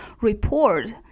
report